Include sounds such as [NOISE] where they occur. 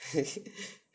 [LAUGHS]